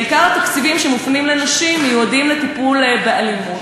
עיקר התקציבים שמופנים לנשים מיועדים לטיפול באלימות.